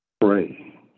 pray